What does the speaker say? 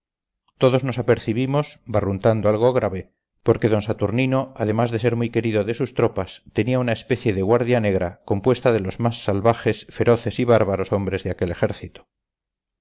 todos nos apercibimos barruntando algo grave porque d saturnino además de ser muy querido de sus tropas tenía una especie de guardia negra compuesta de los más salvajes feroces y bárbaros hombres de aquel ejército